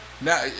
Now